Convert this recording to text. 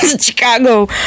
Chicago